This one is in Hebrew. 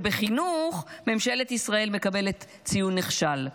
שבחינוך ממשלת ישראל מקבלת ציון נכשל.